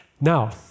Now